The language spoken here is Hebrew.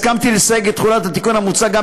הסכמתי לסייג את תחולת התיקון המוצע גם